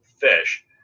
fish